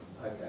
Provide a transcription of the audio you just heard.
Okay